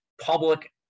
public